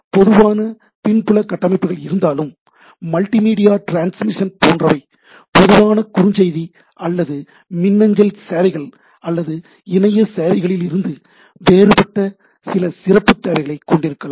பொதுவான பின்புல கட்டமைப்புகள் இருந்தாலும் மல்டிமீடியா டிரான்ஸ்மிஷன் போன்றவை பொதுவான குறுஞ்செய்தி அல்லது மின்னஞ்சல் சேவைகள் அல்லது இணைய சேவைகளிலிருந்து வேறுபட்ட சில சிறப்பு தேவைகளைக் கொண்டிருக்கலாம்